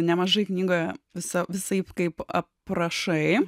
nemažai knygoje visa visaip kaip aprašai